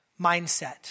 mindset